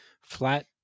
flat